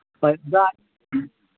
ꯍꯣꯏ ꯑꯣꯖꯥ